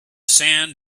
sand